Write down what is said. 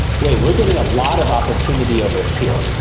wait, we're getting a lot of opportunity over here.